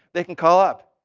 they can call up,